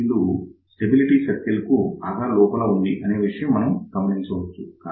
ఈ బిందువు stability circle కు బాగా లోపల ఉంది అనే విషయం మనం గమనించవచ్చు